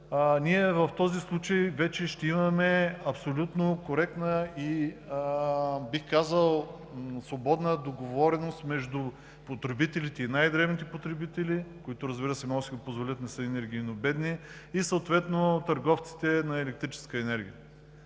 енергетика, ще имаме абсолютно коректна и бих казал свободна договореност между потребителите. Най-дребните потребители, които може да си го позволят – не са енергийно бедни, и съответно търговците на електрическа енергия,